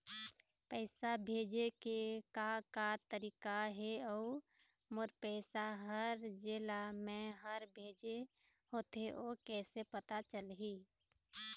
पैसा भेजे के का का तरीका हे अऊ मोर पैसा हर जेला मैं हर भेजे होथे ओ कैसे पता चलही?